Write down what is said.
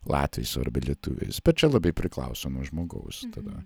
latvis arba lietuvis bet čia labai priklauso nuo žmogaus tada